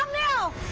now